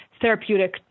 Therapeutic